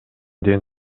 ден